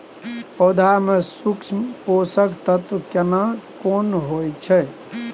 पौधा में सूक्ष्म पोषक तत्व केना कोन होय छै?